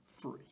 free